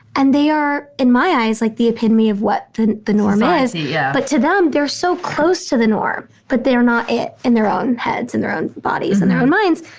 and they are in my eyes, like the epitome of what the the norm society, yeah but to them, they're so close to the norm, but they are not it. in their own heads and their own bodies and their own minds.